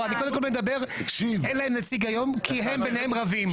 לא, אין להם נציג היום כי הם ביניהם רבים.